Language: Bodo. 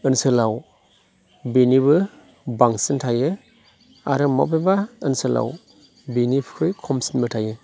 ओनसोलाव बेनिबो बांसिन थायो आरो बबेबा ओनसोलाव बेनिख्रुय खमसिनबो थायो